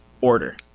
order